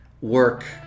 work